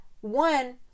one